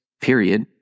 Period